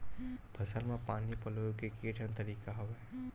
फसल म पानी पलोय के केठन तरीका हवय?